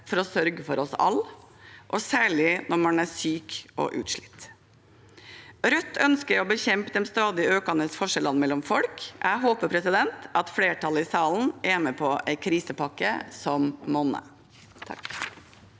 for å sørge for alle, særlig når man er syk og utslitt. Rødt ønsker å bekjempe de stadig økende forskjellene mellom folk. Jeg håper at flertallet i salen er med på en krisepakke som monner.